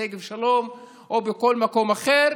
בשגב שלום או בכל מקום אחר.